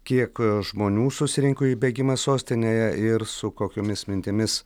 kiek žmonių susirinko į bėgimą sostinėje ir su kokiomis mintimis